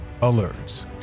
alerts